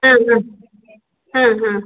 ಹಾಂ ಹಾಂ ಹಾಂ ಹಾಂ